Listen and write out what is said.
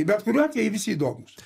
bet kuriuo atveju jie visi įdomūs